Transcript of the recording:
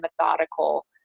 methodical